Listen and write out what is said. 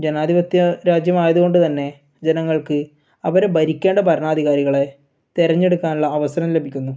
ജനാധിപത്യ രാജ്യമായതുകൊണ്ട് തന്നെ ജനങ്ങൾക്ക് അവരെ ഭരിക്കേണ്ട ഭരണാധികാരികളെ തിരഞ്ഞെടുക്കാനുള്ള അവസരം ലഭിക്കുന്നു